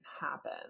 happen